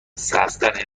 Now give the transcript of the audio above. سبزتر